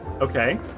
Okay